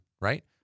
Right